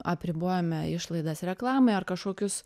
apribojome išlaidas reklamai ar kažkokius